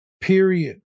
Period